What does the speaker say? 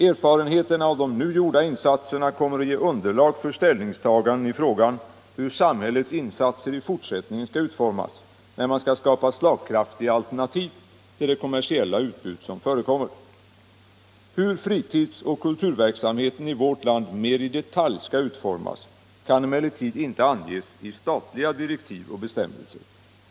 Erfarenheterna av de nu gjorda insatserna kommer att ge underlag för ställningstaganden i frågan hur samhällets insatser i fortsättningen skall utformas när man skall skapa slagkraftiga alternativ till det kommersiella utbud som förekommer. Hur fritidsoch kulturverksamheten i vårt land mer i detalj skall utformas kan emellertid inte anges i statliga direktiv och bestämmelser.